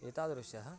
एतादृशः